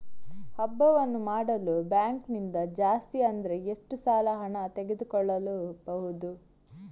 ಹಬ್ಬವನ್ನು ಮಾಡಲು ಬ್ಯಾಂಕ್ ನಿಂದ ಜಾಸ್ತಿ ಅಂದ್ರೆ ಎಷ್ಟು ಸಾಲ ಹಣ ತೆಗೆದುಕೊಳ್ಳಬಹುದು?